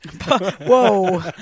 Whoa